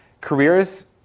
careers